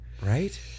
right